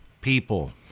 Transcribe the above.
people